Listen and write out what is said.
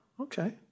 Okay